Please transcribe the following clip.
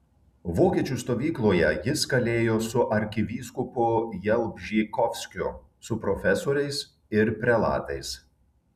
vokiečių stovykloje jis kalėjo su arkivyskupu jalbžykovskiu su profesoriais ir prelatais